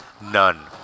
None